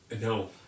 no